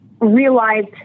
realized